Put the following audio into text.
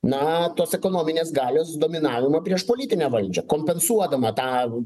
na tos ekonominės galios dominavimą prieš politinę valdžią kompensuodama tą